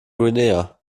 guinea